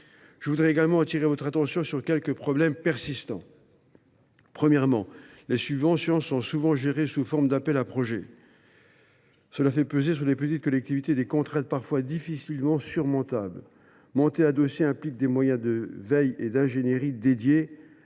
Je voudrais également attirer votre attention sur quelques problèmes persistants. Premièrement, les subventions sont majoritairement gérées sous forme d’appels à projets. Cela fait peser sur les petites collectivités des contraintes parfois difficilement surmontables. Monter un dossier implique des moyens de veille et d’ingénierie dédiés.